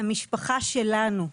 שהמשפחה שלנו,